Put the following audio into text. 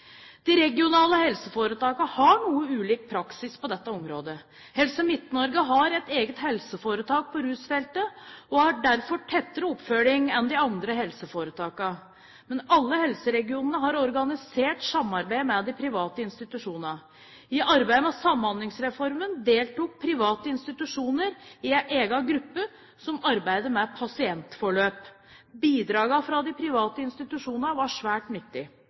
De regionale helseforetakene har noe ulik praksis på dette området. Helse Midt-Norge har et eget helseforetak på rusfeltet og har derfor tettere oppfølging enn de andre helseforetakene. Men alle helseregionene har organisert samarbeid med de private institusjonene. I arbeidet med Samhandlingsreformen deltok private institusjoner i en egen gruppe som arbeider med pasientforløp. Bidragene fra de private institusjonene var svært nyttig.